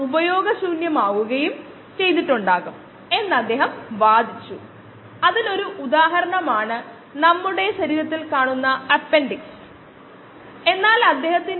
ഉപയോഗത്തിന് മുമ്പ് ഒരു ബയോ റിയാക്റ്റർ അണുവിമുക്തമാക്കേണ്ടതുണ്ട്